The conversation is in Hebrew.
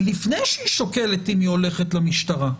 לפני שהיא שוקלת אם לגשת למשטרה.